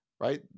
right